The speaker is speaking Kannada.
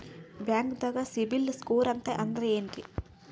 ಬ್ಯಾಂಕ್ದಾಗ ಸಿಬಿಲ್ ಸ್ಕೋರ್ ಅಂತ ಅಂದ್ರೆ ಏನ್ರೀ?